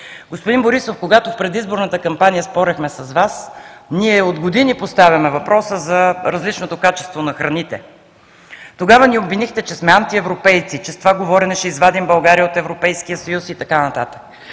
Господин Борисов, когато в предизборната кампания спорехме с Вас, ние от години поставяме въпроса за различното качество на храните, тогава ни обвинихте, че сме антиевропейци, че с това говорене ще извадим България от Европейския съюз и така нататък.